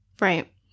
Right